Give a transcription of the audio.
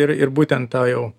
ir ir būten tą jau